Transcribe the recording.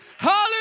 Hallelujah